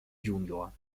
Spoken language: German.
junior